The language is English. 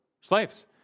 slaves